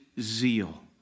zeal